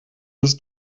bis